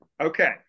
okay